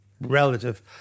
relative